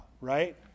right